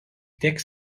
tiek